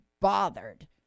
bothered